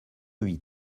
huit